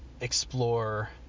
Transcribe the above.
explore